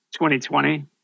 2020